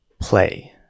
play